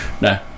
no